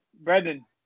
Brendan